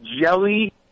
Jelly